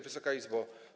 Wysoka Izbo!